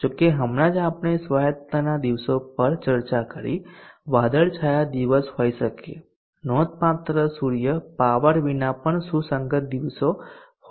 જો કે હમણાં જ આપણે સ્વાયતતાના દિવસો પર ચર્ચા કરી વાદળછાયા દિવસ હોઈ શકે નોંધપાત્ર સૂર્ય પાવર વિના પણ સુસંગત દિવસો હોઈ શકે છે